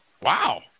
Wow